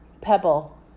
pebble